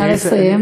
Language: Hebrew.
נא לסיים.